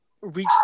reach